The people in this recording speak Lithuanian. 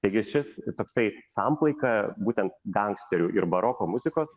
taigi šis toksai samplaika būtent gangsterių ir baroko muzikos